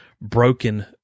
broken